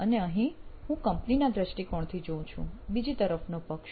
અને અહીં હું કંપનીના દ્રષ્ટિકોણથી જોઉં છું બીજી તરફનો પક્ષ